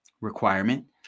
requirement